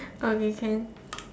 okay can